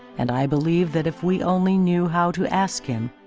and i believe that if we only knew how to ask him,